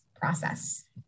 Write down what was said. process